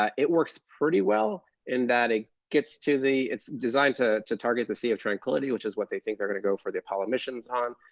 ah it works pretty well in that it gets to the it's designed to to target the sea of tranquility, which is what they think they're going to go for the apollo missions on.